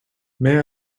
may